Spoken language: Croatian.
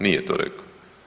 Nije to rekao.